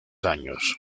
años